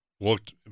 Looked